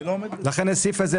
לכן הסעיף הזה,